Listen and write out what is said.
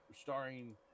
starring